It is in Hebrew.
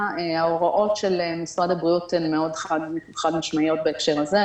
ההוראות של משרד הבריאות הן חד-משמעיות בהקשר הזה,